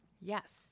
Yes